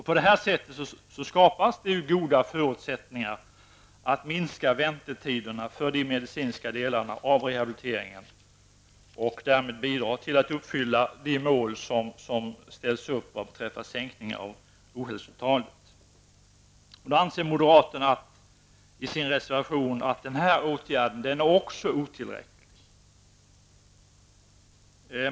På det sättet skapas det goda förutsättningar att minska väntetiderna för de medicinska delarna av rehabiliteringen och därmed bidra till att uppfylla det mål som ställts upp vad beträffar sänkningen av ohälsotalet. Moderaterna anser -- det framför de i sin reservation -- att också den här åtgärden är otillräcklig.